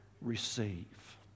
receive